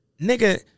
Nigga